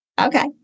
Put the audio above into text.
Okay